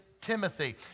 Timothy